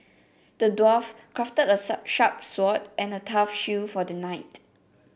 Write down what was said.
the dwarf crafted a sharp sword and a tough shield for the knight